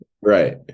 right